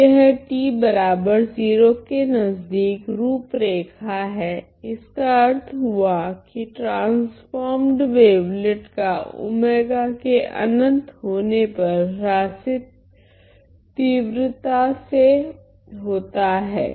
तो यह t0 के नजदीक रूपरेखा है इसका अर्थ हुआ कि ट्रांसफोर्मड वेवलेट का के अनंत होने पर ह्रास तीव्रता से होता हैं